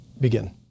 Begin